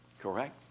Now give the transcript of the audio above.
Correct